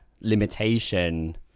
limitation